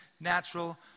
natural